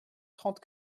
trente